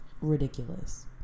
ridiculous